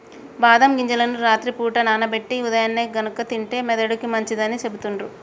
బాదం గింజలను రాత్రి పూట నానబెట్టి ఉదయాన్నే గనుక తింటే మెదడుకి మంచిదని సెపుతుండ్రు